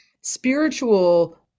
spiritual